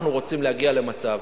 אנחנו רוצים להגיע למצב